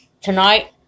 tonight